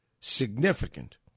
significant